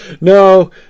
No